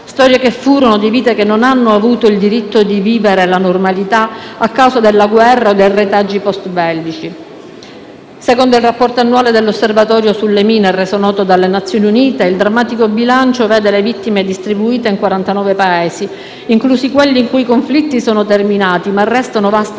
storie che furono di vite che non hanno avuto il diritto di vivere la normalità, a causa della guerra o dei retaggi *post* bellici. Secondo il rapporto annuale dell'Osservatorio sulle mine, reso noto dalle Nazioni Unite, il drammatico bilancio vede le vittime distribuite in 49 Paesi, inclusi quelli in cui i conflitti sono terminati ma restano vaste